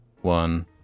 one